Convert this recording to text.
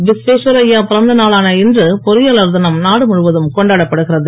விஸ்வேஸ்வரய்யா பிறந்த நாளான இன்று பொறியாளர் தினம் நாடு முழுவதும் கொண்டாடப்படுகிறது